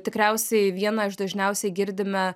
tikriausiai vieną iš dažniausiai girdime